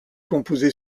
composée